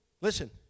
Listen